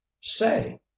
say